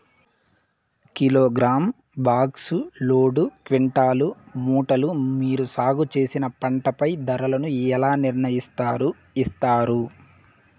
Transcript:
Kilogram, box, load, quintal, మూటలు మీరు సాగు చేసిన పంటపై ధరలను ఎలా నిర్ణయిస్తారు యిస్తారు?